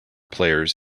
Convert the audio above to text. players